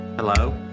Hello